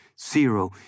Zero